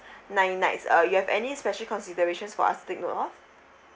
nine nights uh you have any special considerations for us to take note of